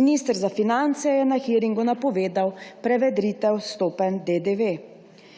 Minister za finance je na hearingu napovedal prevetritev stopenj DDV.